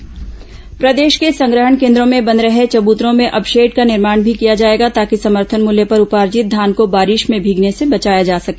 धान संग्रहण केन्द्र चबृतराशेड प्रदेश के संग्रहण केन्द्रों में बन रहे चबूतरों में अब शेड का निर्माण भी किया जाएगा ताकि समर्थन मूल्य पर उपार्जित धान को बारिश में भीगने से बचाया जा सके